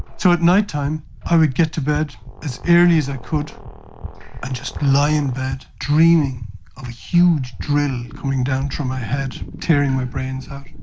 so at night time i would get to bed as early as i could and just lie in bed dreaming of a huge drill going down through my head, tearing my brains out.